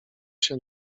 się